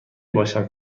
باشم